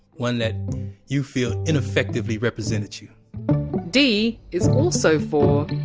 one that you feel ineffectively represented you d is also for!